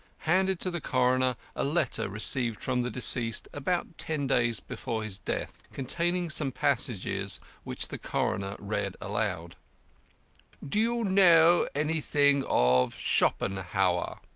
handed to the coroner a letter received from the deceased about ten days before his death, containing some passages which the coroner read aloud do you know anything of schopenhauer?